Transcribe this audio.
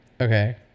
Okay